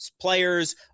players